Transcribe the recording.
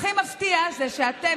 הכי מפתיע הוא שאתם,